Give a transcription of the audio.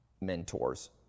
mentors